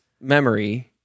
memory